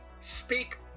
speak